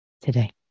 today